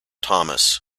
thomas